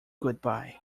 goodbye